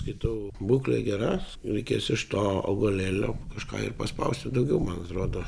kitų būklė gera ir reikės iš to augalėlio kažką ir paspausti daugiau man atrodo